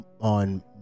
on